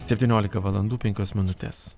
septyniolika valandų penkios minutės